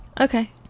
Okay